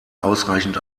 ausreichend